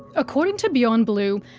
according to beyond blue,